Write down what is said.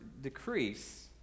decrease